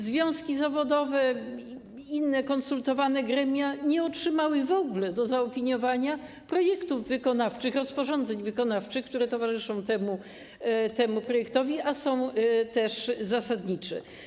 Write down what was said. Związki zawodowe i inne konsultowane gremia nie otrzymały w ogóle do zaopiniowania projektów rozporządzeń wykonawczych, które towarzyszą temu projektowi, a są też zasadnicze.